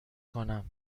کنم